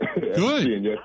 Good